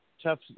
tough